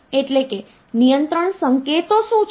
એટલે કે નિયંત્રણ સંકેતો શું છે